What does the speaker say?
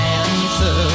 answer